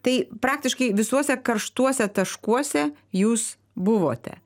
tai praktiškai visuose karštuose taškuose jūs buvote